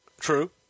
True